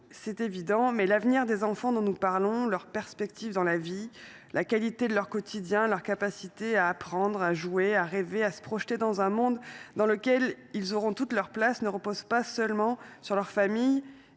En effet, l’avenir des enfants dont nous parlons, leurs perspectives, la qualité de leur quotidien et leur capacité à apprendre, à jouer, à rêver et à se projeter dans un monde dans lequel ils auront toute leur place ne reposent pas seulement sur leur famille